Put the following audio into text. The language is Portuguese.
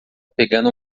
pegando